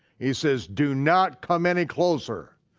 he says, do not come any closer.